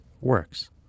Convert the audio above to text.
works